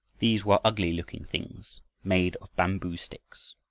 these were ugly looking things made of bamboo sticks.